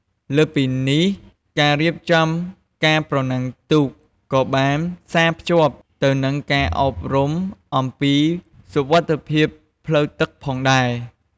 លើសពីនេះ ការរៀបចំការប្រណាំងទូកក៏បានផ្សារភ្ជាប់ទៅនឹងការអប់រំអំពីសុវត្ថិភាពផ្លូវទឹកផងដែរ។